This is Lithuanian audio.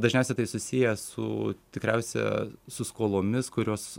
dažniausia tai susiję su tikriausia su skolomis kurios